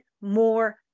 more